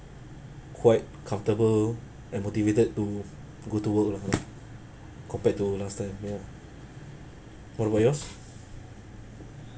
quite comfortable and motivated to go to work lah compared to last time ya what about yours